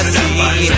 see